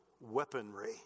weaponry